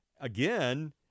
Again